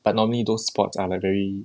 but normally those sports are like very